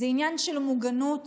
זה עניין של מוגנות